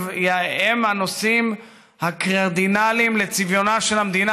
הנושאים הקרדינליים לצביונה של המדינה